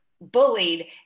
bullied